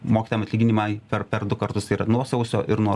mokytojam atlyginimai per per du kartus ir nuo sauso ir nuo